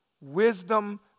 wisdom